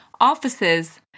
offices